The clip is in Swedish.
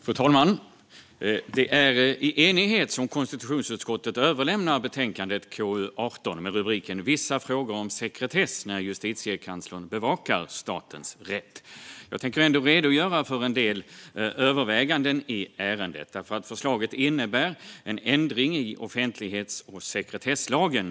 Fru talman! Det är i enighet konstitutionsutskottet överlämnar betänkandet KU18 Vissa frågor om sekretess när Justitiekanslern bevakar statens rätt . Jag tänker ändå redogöra för en del överväganden i ärendet eftersom förslaget innebär en ändring i offentlighets och sekretesslagen.